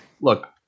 Look